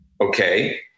okay